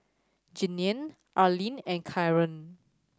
Jeanine Arlene and Karon